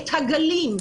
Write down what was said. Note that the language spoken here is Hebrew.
את הגלים.